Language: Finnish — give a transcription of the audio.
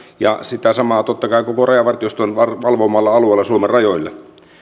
ja sitä samaa totta kai koko rajavartioston valvomalla alueella suomen rajoilla